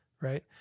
Right